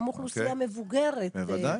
גם אוכלוסייה מבוגרת מתקשה, לפעמים,